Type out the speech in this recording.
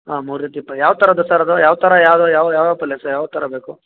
ಹಾಂ ಮೂರು ರೀತಿ ಪಲ್ಲೆ ಯಾವ ಥರದ್ದು ಸರ್ ಅದು ಯಾವ ಥರ ಯಾವ ಯಾವ ಯಾವ ಪಲ್ಯ ಸರ್ ಯಾವ ಥರ ಬೇಕು